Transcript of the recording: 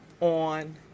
On